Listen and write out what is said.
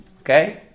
Okay